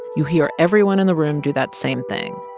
you hear everyone in the room do that same thing.